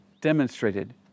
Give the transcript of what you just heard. demonstrated